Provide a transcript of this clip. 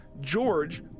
George